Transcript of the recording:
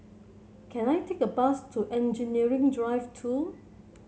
can I take a bus to Engineering Drive Two